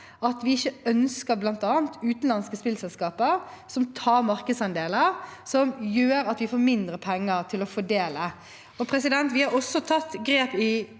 ønsker bl.a. utenlandske spillselskaper, som tar markedsandeler og gjør at vi får mindre penger å fordele.